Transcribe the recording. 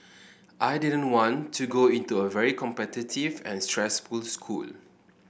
I didn't want to go into a very competitive and stressful school